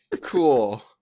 cool